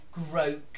Groke